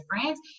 different